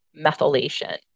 methylation